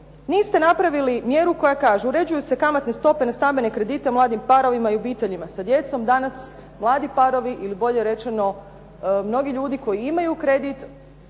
niste napravili mjeru koja kaže: "Uređuje se kamatne stope na stambene kredite mladim parovima i obiteljima sa djecom". Danas mladi parovi ili bolje rečeno mnogi ljudi koji imaju kredit